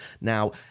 Now